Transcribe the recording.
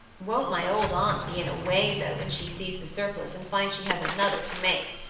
won't my old aunt be in a way though, when she sees the surplice, and finds she has another to make!